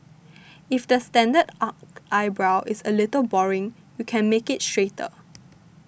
if the standard arched eyebrow is a little boring you can make it straighter